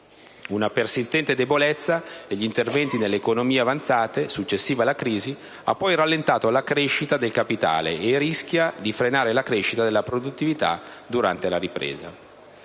Una persistente debolezza degli interventi nelle economie avanzate, successiva alla crisi, ha poi rallentato la crescita del capitale e rischia di frenare la crescita della produttività durante la ripresa.